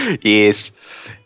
Yes